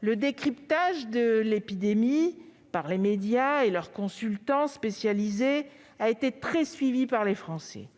Le décryptage de l'épidémie par les médias et par leurs consultants spécialisés a été très suivi par les Français.